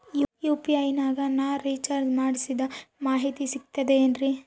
UPI ನಾಗ ನಾ recharge ಮಾಡಿಸಿದ ಮಾಹಿತಿ ಸಿಕ್ತದೆ ಏನ್ರಿ?